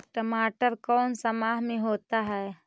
टमाटर कौन सा माह में होता है?